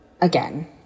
again